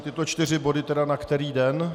Tyto čtyři body tedy na který den?